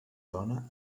dona